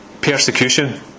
persecution